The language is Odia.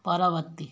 ପରବର୍ତ୍ତୀ